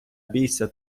бійся